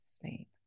sleep